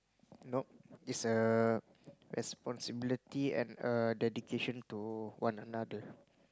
not is a responsibility and a dedication to one another